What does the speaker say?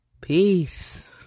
Peace